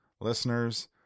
listeners